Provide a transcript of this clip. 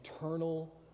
eternal